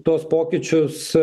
tuos pokyčius